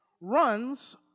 runs